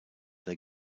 they